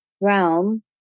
realm